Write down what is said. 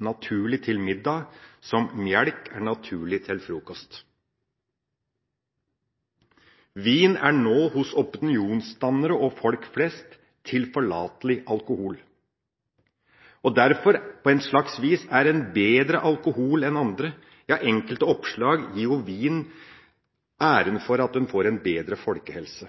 naturlig til middag som mjølk er naturlig til frokost. Vin er nå hos opinionsdannere og folk flest tilforlatelig alkohol og er derfor på et slags vis bedre alkohol enn annen alkohol. Enkelte oppslag gir jo vinen æren for at en får en bedre folkehelse.